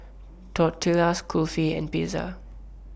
Tortillas Kulfi and Pizza